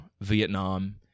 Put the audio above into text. Vietnam